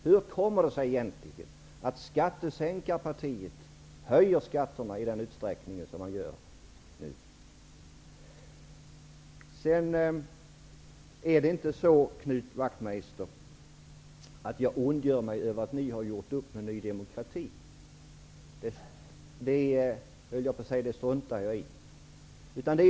Hur kommer det sig egentligen att skattesänkarpartiet höjer skatterna i den utsträckning som man gör nu? Jag ondgör mig inte över att ni har gjort upp med Ny demokrati. Jag höll nästan på att säga att jag struntar i det.